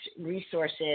resources